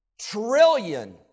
trillion